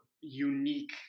unique